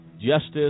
justice